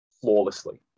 flawlessly